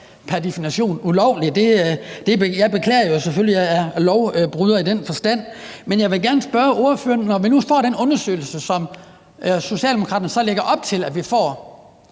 pr. definition ulovligt. Jeg beklager selvfølgelig, at jeg er lovbryder i den forstand. Men jeg vil gerne spørge ordføreren: Når vi nu får den undersøgelse, som Socialdemokraterne så lægger op til at vi får,